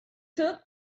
took